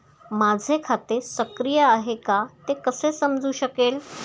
माझे खाते सक्रिय आहे का ते कसे समजू शकेल?